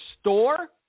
store